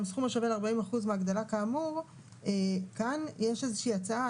-- גם סכום השווה ל־40% מההגדלה כאמור."; כאן יש איזושהי הצעה,